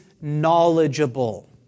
knowledgeable